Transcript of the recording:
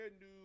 new